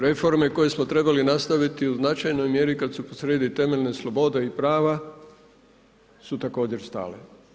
Reforme koje smo trebali nastaviti u značajnoj mjeri kada su po srijedi temeljne slobode i prava su također stale.